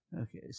Okay